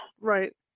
Right